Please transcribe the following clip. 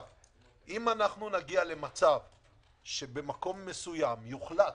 אם נגיע למצב שבמקום מסוים יוחלט